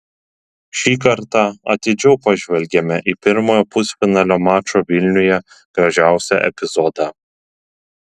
šį kartą atidžiau pažvelgėme į pirmojo pusfinalio mačo vilniuje gražiausią epizodą